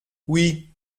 oui